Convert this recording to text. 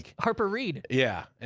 harper reed. yeah, and